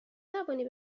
توانی